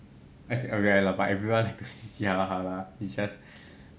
I don't think it's rare lah but everyone likes to 嘻嘻哈哈 lah